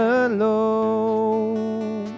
alone